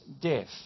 death